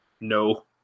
No